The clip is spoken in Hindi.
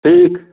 ठीक